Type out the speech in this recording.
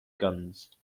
guns